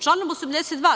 Članom 82.